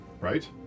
Right